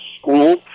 school